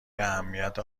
اهمیت